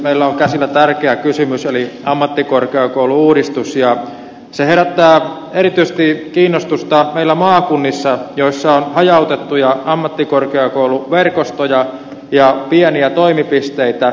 meillä on käsillä tärkeä kysymys eli ammattikorkeakoulu uudistus ja se herättää erityisesti kiinnostusta meillä maakunnissa joissa on hajautettuja ammattikorkeakouluverkostoja ja pieniä toimipisteitä